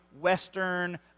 Western